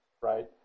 Right